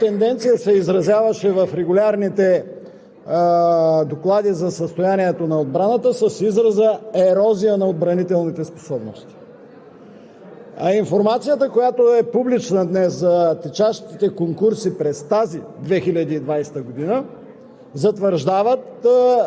което ясно показва тенденция, обратна на съществуващата в предходните години, която тенденция се изразяваше в регулярните доклади за състоянието на отбраната с израза „ерозия на отбранителните способности“.